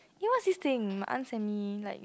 eh what's this thing my aunt send me like it's